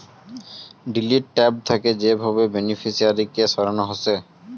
delete tab থাকে যে ভাবে বেনিফিশিয়ারি কে সরানো হসে